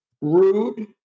rude